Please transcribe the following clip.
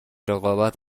رقابت